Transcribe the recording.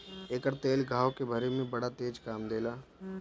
एकर तेल घाव के भरे में बड़ा तेज काम देला